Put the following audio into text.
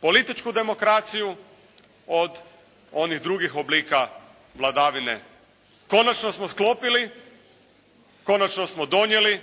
političku demokraciju od onih drugih oblika vladavine. Konačno smo sklopili, konačno smo donijeli,